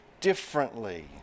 differently